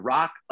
Rock